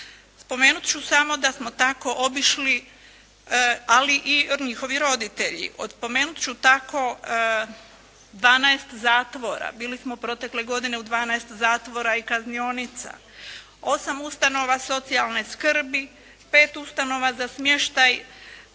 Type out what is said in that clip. Spomenut ću tako da smo obišli, ali i njihovi roditelji, spomenut ću tako 12 zatvora. Bili smo protekle godine u 12 zatvora i kaznionica, 8 ustanova socijalne skrbi, 5 ustanova za smještaj